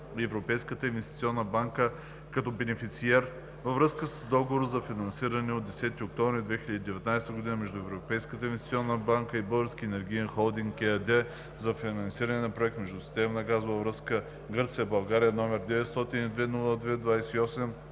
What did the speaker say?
Европейската инвестиционна банка, като Бенефициер, във връзка с Договор за финансиране от 10 октомври 2019 г. между Европейската инвестиционна банка и „Български енергиен холдинг“ ЕАД за финансиране на проект „Междусистемна газова връзка Гърция –България“, № 902-02-28,